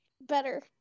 better